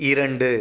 இரண்டு